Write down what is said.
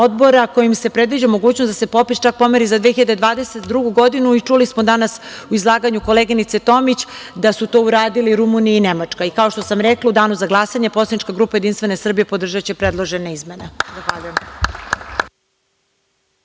Odbora kojim se predviđa mogućnost da se popis čak pomeri za 2022. godinu. Čuli smo danas u izlaganju koleginice Tomić da su to uradile Rumunija i Nemačka. Kao što sam rekla, u danu za glasanje Poslanička grupa JS podržaće predložene izmene.